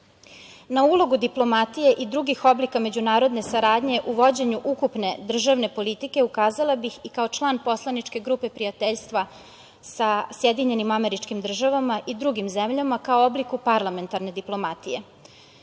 ulogu diplomatije i drugih oblika međunarodne saradnje u vođenju ukupne državne politike ukazala bih i kao član Poslaničke grupe prijateljstva sa SAD i drugim zemljama kao oblik parlamentarne diplomatije. Koristim